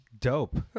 dope